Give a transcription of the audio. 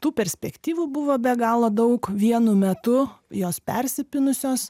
tų perspektyvų buvo be galo daug vienu metu jos persipynusios